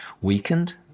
weakened